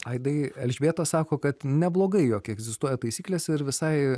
aidai elžbieta sako kad neblogai jog egzistuoja taisyklės ir visai